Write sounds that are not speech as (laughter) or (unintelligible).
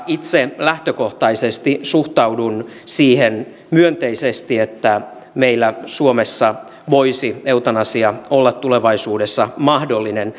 itse lähtökohtaisesti suhtaudun siihen myönteisesti että meillä suomessa voisi eutanasia olla tulevaisuudessa mahdollinen (unintelligible)